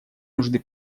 нужды